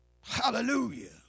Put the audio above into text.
hallelujah